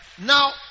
Now